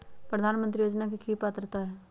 प्रधानमंत्री योजना के की की पात्रता है?